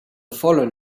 fallen